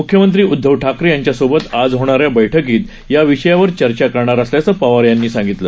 म्ख्यमंत्री उद्धव ठाकरे यांच्यासोबत आज होणाऱ्या बस्तकीत या विषयावर चर्चा करणार असल्याचं पवार यांनी सांगितलं